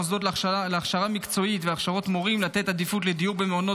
המוסדות להכשרה מקצועית והכשרות מורים לתת עדיפות לדיור במעונות